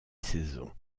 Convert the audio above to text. saison